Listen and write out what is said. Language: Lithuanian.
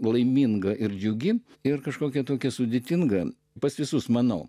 laiminga ir džiugi ir kažkokia tokia sudėtinga pas visus manau